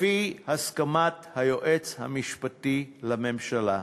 לפי הסכמת היועץ המשפטי לממשלה,